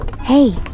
Hey